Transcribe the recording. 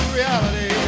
reality